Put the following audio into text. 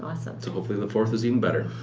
so hopefully the fourth is even better.